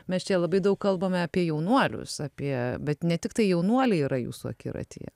mes čia labai daug kalbame apie jaunuolius apie bet ne tiktai jaunuoliai yra jūsų akiratyje